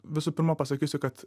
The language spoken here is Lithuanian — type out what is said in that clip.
visų pirma pasakysiu kad